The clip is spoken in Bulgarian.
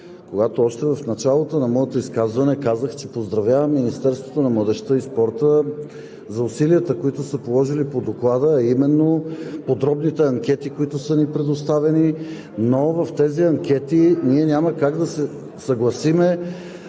когато още в началото на моето изказване казах, че поздравявам Министерството на младежта и спорта за усилията, които са положили по Доклада, а именно подробните анкети, които са ни предоставени, но в тези анкети няма как да се съгласим